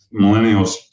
millennials